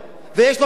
ויש לו כסף.